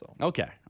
Okay